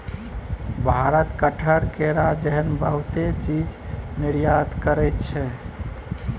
भारत कटहर, केरा जेहन बहुते चीज निर्यात करइ छै